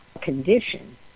condition